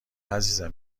عزیزم